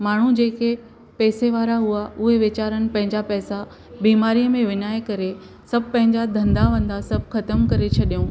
माण्हूं जेके पेसे वारा हुआ उहे वेचारनि पंहिंजा पैसा बीमारी में विञाय करे सभु पंहिंजा धंधा वंधा सभु खतमु करे छॾियूं